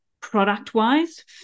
product-wise